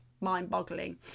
mind-boggling